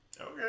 okay